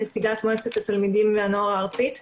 נציגת מועצת התלמידים והנוער הארצית.